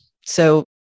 So-